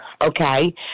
okay